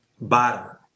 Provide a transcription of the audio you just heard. bottom